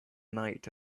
night